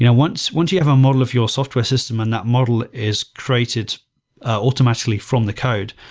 you know once once you have a model of your software system and that model is created automatically from the code,